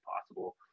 possible